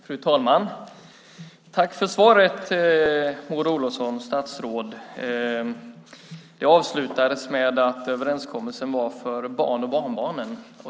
Fru talman! Tack för svaret, statsrådet Maud Olofsson! Det avslutas med att överenskommelsen var för våra barn och barnbarn.